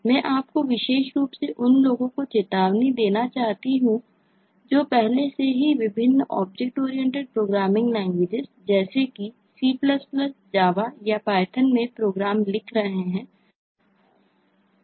मैं आपको विशेष रूप से उन लोगों को चेतावनी देना चाहता हूं जो पहले से ही विभिन्न OOP लैंग्वेजेस जैसे कि C Java या Python में प्रोग्राम लिख रहे हैं